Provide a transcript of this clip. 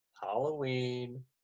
Halloween